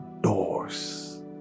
doors